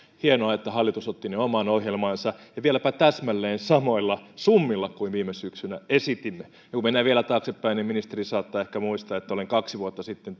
hienoa että hallitus otti ne omaan ohjelmaansa ja vieläpä täsmälleen samoilla summilla kuin viime syksynä esitimme ja kun mennään vielä taaksepäin niin ministeri saattaa ehkä muistaa että olen jo kaksi vuotta sitten